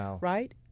right